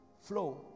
flow